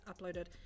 uploaded